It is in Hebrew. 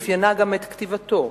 אפיינה גם את כתיבתו.